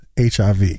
HIV